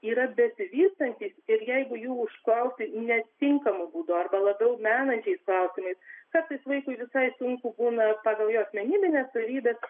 yra besivystantys ir jeigu jų užklausi netinkamu būdu arba labiau menančiais klausimais kartais vaikui visai sunku būna pagal jo asmenybines savybes